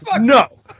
no